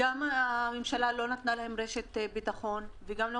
גם משום שהממשלה לא נתלה להם רשת ביטחון והיא גם לא